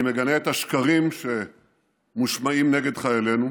אני מגנה את השקרים שמושמעים נגד חיילינו,